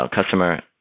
customer